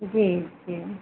जी जी